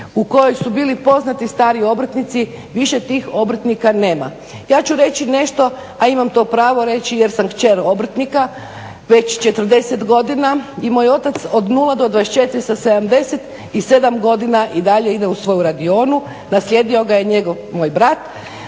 u kojoj su bili poznati stari obrtnici, više tih obrtnika nema. Ja ću reći nešto a ima pravo to reći jer sam kćer obrtnika već 40 godina i moj otac od 0-24 sa 77 godina i dalje ide u svoju radionu, naslijedio ga je njegov, moj brat.